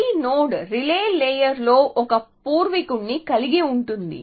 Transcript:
ప్రతి node relay layer లో ఒక పూర్వీకుడిని కలిగి ఉంటుంది